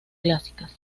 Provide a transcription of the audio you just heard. clásicas